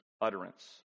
utterance